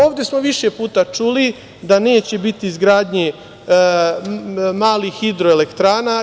Ovde smo više puta čuli da neće biti izgradnje malih hidroelektrana.